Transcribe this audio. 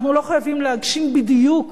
אנחנו לא חייבים להגשים בדיוק